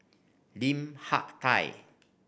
Lim Hak Tai